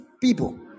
people